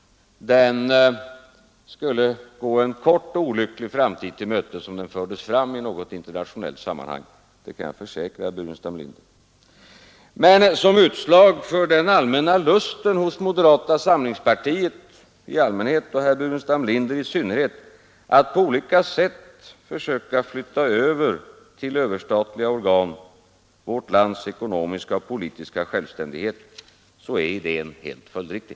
Den skulle gå en kort och olycklig framtid till mötes om den lades fram i något internationellt sammanhang, det kan jag försäkra herr Burenstam Linder. Men som ett utslag för lusten hos moderata samlingspartiet i allmänhet, och herr Burenstam Linder i synnerhet, att på olika sätt försöka flytta över vårt lands ekonomiska och politiska självständighet till överstatliga organ är idén helt följdriktig.